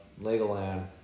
Legoland